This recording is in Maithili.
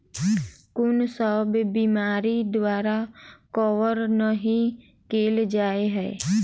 कुन सब बीमारि द्वारा कवर नहि केल जाय है?